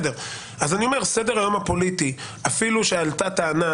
אני אומר שסדר היום הפוליטי, אפילו שעלתה טענה